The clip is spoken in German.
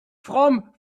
fromm